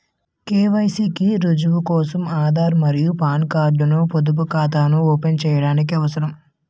KYC కి రుజువు కోసం ఆధార్ మరియు పాన్ కార్డ్ ను పొదుపు ఖాతాను ఓపెన్ చేయడానికి అవసరం